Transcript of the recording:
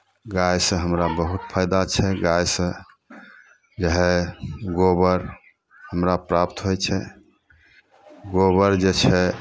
गायसँ हमरा बहुत फायदा छै गायसँ जे हइ गोबर हमरा प्राप्त होइ छै गोबर जे छै